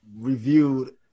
reviewed